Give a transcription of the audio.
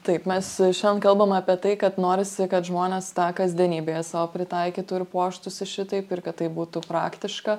taip mes šian kalbame apie tai kad norisi kad žmonės tą kasdienybėje sau pritaikytų ir puoštųsi šitaip ir kad tai būtų praktiška